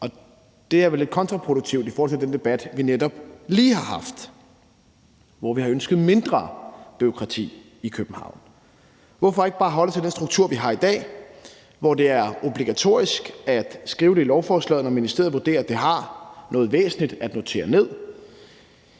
er vel lidt kontraproduktivt i forhold til den debat, vi netop har haft, hvor vi har ønsket mindre bureaukrati i København. Hvorfor ikke bare holde os til den struktur, vi har i dag, hvor det er obligatorisk at skrive det i lovforslaget, når ministeriet vurderer, at det har noget væsentligt at notere ned?